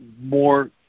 more